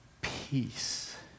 peace